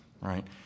right